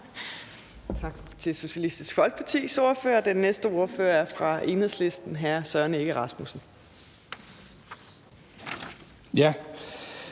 Tak til Socialistisk Folkepartis ordfører. Den næste ordfører er fra Enhedslisten, og det er hr. Søren Egge Rasmussen.